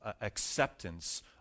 acceptance